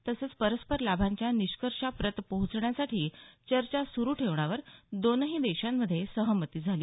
तसंच परस्पर लाभांच्या निष्कर्षाप्रत पोहोचण्यासाठी चर्चा सुरु ठेवण्यावर दोन्ही देशांमध्ये सहमती झाली